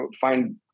find